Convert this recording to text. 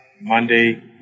Monday